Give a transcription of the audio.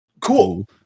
Cool